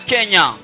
Kenya